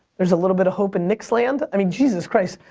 there's a little bit of hope in knick's land. i mean, jesus christ,